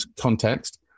context